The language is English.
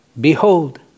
Behold